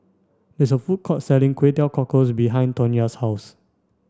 there is a food court selling Kway Teow Cockles behind Tonya's house